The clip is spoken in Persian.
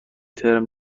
ترم